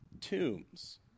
tombs